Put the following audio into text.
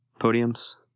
podiums